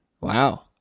Wow